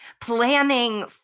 Planning